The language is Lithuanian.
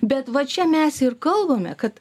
bet va čia mes ir kalbame kad